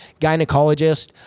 gynecologist